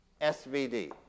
SVD